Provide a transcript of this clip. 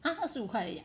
!huh! 二十五块而已